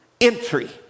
entry